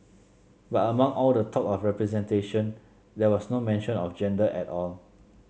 but among all the talk of representation there was no mention of gender at all